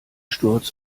sturz